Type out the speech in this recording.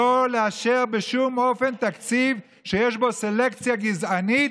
לא לאשר בשום אופן תקציב שיש בו סלקציה גזענית